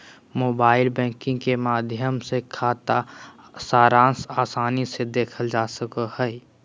mobile banking के माध्यम से खाता सारांश आसानी से देखल जा सको हय